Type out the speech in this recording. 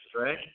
right